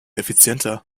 effizienter